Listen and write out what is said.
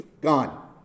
gone